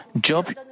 Job